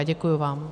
Děkuji vám.